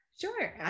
Sure